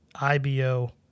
IBO